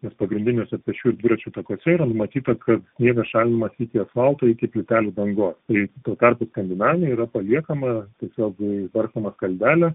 nes pagrindiniuose pėsčiųjų ir dviračių takuose yra numatyta kad sniegas šalinamas iki asfalto iki plytelių dangos tai tuo tarpu skandinavijoj yra paliekama tiesiog barstoma skaldelė